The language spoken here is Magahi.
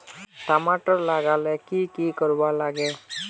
टमाटर लगा ले की की कोर वा लागे?